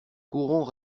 courons